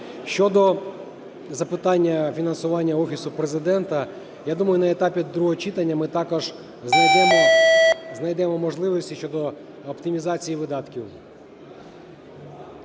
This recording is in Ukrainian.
Щодо запитання фінансування Офісу Президента. Я думаю, на етапі другого читання ми також знайдемо можливості щодо оптимізації видатків.